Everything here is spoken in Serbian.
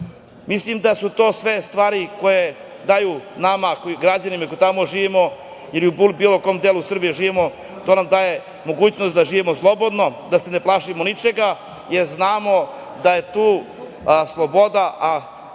da su to sve stvari koje daju nama, građanima koji tamo živimo ili u bilo kom delu Srbije živimo, daje mogućnost da živimo slobodno, da se ne plašimo ničega, jer znamo da je tu sloboda, a